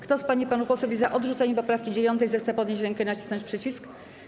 Kto z pań i panów posłów jest za odrzuceniem poprawki 9., zechce podnieść rękę i nacisnąć przycisk.